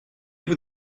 vous